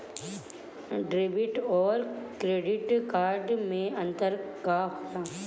Debit और credit card मे अंतर का होला?